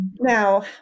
Now